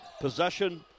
Possession